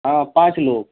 हँ पाँच लोग